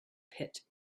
pit